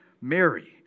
Mary